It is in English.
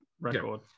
record